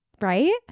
Right